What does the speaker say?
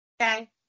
Okay